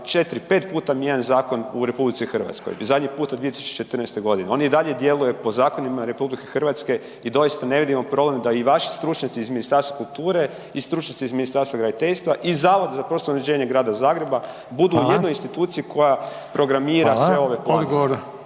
ali 4, 5 puta mijenjan zakon u RH, zadnji put 2014. godini. On i dalje djeluje po zakonima RH i doista ne vidimo problem da i vaši stručnjaci iz Ministarstva kultura i stručnjaci iz Ministarstva graditeljstva i Zavod za prostorno uređenje Grada Zagreba budu u jednoj instituciji koja programira sve ove planove.